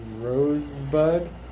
Rosebud